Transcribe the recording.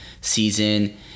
season